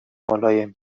ملایم